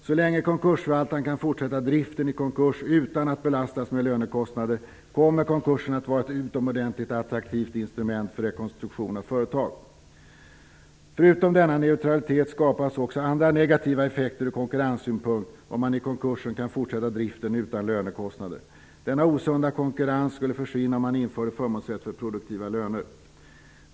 Så länge konkursförvaltaren kan fortsätta driften i konkurs utan att belastas med lönekostnader kommer konkursen att vara ett utomordentligt attraktivt instrument för rekonstruktion av företag. Förutom denna neutralitet skapas också andra negativa effekter ur konkurrenssynpunkt om man i konkursen kan fortsätta driften utan lönekostnader. Denna osunda konkurrens skulle försvinna om man införde förmånsrätt för produktiva löner.